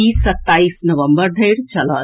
ई सत्ताईस नवंबर धरि चलत